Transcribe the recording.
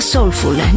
Soulful